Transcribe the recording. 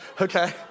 okay